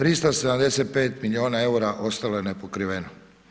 375 milijuna era, ostalo je nepokriveno.